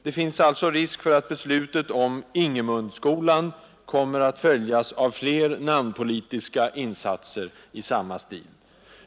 Det finns alltså risk för att beslutet om Ingemundskolan kommer att följas av fler namnpolitiska insatser i samma stil.